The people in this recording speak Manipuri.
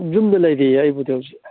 ꯌꯨꯝꯗ ꯂꯩꯔꯤꯌꯦ ꯑꯩꯕꯨꯗꯤ ꯍꯧꯖꯤꯛ